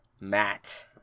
Matt